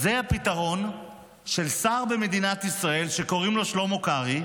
אז זה הפתרון של שר במדינת ישראל שקוראים לו שלמה קרעי,